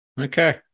Okay